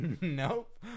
Nope